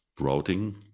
routing